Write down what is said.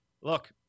look